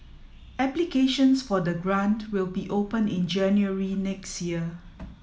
applications for the grant will be open in January next year